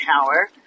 power